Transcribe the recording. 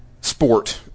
sport